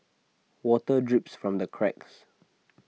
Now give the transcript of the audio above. water drips from the cracks